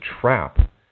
trap